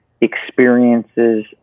experiences